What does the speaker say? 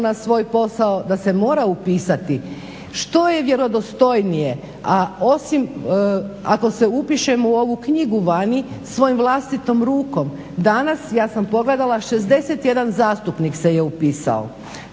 na svoj posao, da se mora upisati što je vjerodostojnije, a ako se upišem u ovu knjigu vani svojom vlastitom rukom danas, ja sam pogledala 61 zastupnik se upisao.